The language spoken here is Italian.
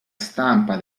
stampa